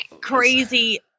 crazy